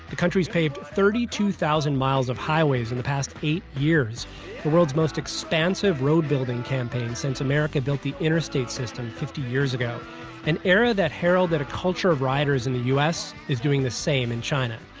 the country's paved thirty two thousand miles of highways in the past eight years, the world's most expansive road-building campaign since america built the interstate system fifty years ago an era that heralded a culture of riders in the u s. is doing the same in china.